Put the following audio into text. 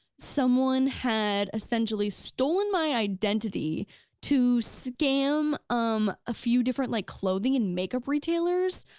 someone had essentially stolen my identity to scam um a few different like clothing and makeup retailers,